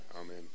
Amen